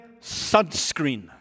sunscreen